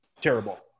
terrible